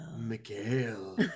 Mikhail